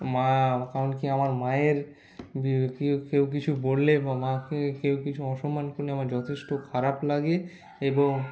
মা কারণ কি আমার মায়ের কেউ কিছু বললে বা মাকে কেউ কিছু অসম্মান করলে আমার যথেষ্ট খারাপ লাগে এবং